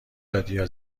دادیا